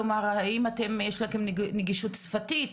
כלומר יש לכם נגישות שפתית,